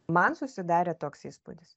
man susidarė toks įspūdis